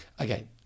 Okay